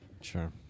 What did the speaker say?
Sure